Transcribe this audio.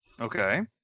Okay